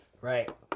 Right